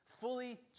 Fully